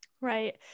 right